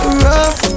rough